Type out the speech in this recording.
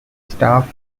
staff